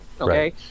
okay